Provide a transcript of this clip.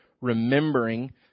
remembering